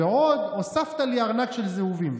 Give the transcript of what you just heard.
ועוד הוספת לי ארנק של זהובים.